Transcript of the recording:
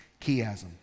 chiasm